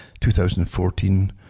2014